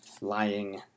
lying